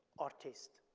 artist,